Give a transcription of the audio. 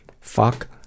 Fuck